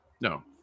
No